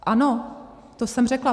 Ano, to jsem řekla.